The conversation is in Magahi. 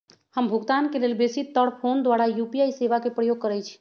हम भुगतान के लेल बेशी तर् फोन द्वारा यू.पी.आई सेवा के प्रयोग करैछि